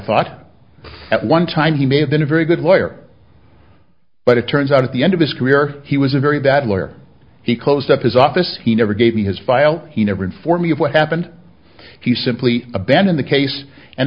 thought at one time he may have been a very good lawyer but it turns out at the end of his career he was a very bad lawyer he closed up his office he never gave me his file he never inform me of what happened he simply abandon the case and